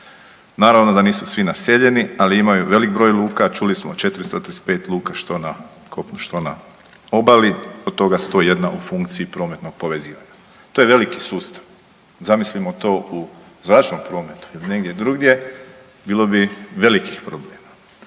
Naravno da nisu svi naseljeni, ali imaju velik broj luka čuli smo 435 luka što na kopnu, što na obali, od toga 101 u funkciji prometnog povezivanja. To je veliki sustav. Zamislimo to u zračnom prometu ili negdje drugdje, bilo bi velikih problema.